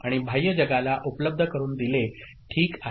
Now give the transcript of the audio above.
आणि बाह्य जगाला उपलब्ध करुन दिले ठीक आहे